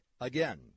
Again